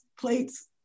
plates